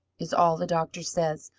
is all the doctor says,